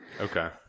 Okay